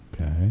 Okay